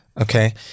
okay